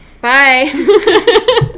bye